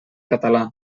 català